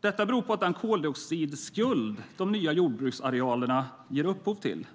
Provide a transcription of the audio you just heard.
Detta beror på den koldioxidskuld de nya jordbruksarealerna ger upphov till.